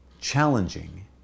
challenging